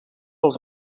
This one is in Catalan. els